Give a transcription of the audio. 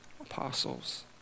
apostles